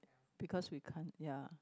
because we can't ya